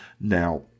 Now